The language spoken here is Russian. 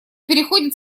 переходит